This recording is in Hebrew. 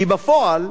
כי בפועל,